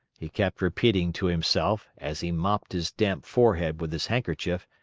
he kept repeating to himself, as he mopped his damp forehead with his handkerchief,